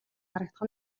харагдах